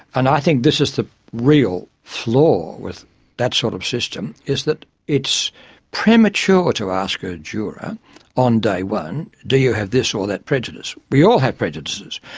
and i think this is the real flaw with that sort of system, is that it's premature to ask a juror on day one do you have this or that prejudice. we all have prejudices.